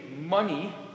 money